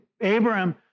Abraham